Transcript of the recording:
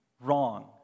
wrong